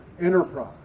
enterprise